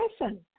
person